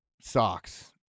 socks